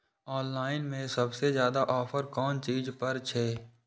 Online में सबसे ज्यादा ऑफर कोन चीज पर छे?